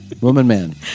Woman-man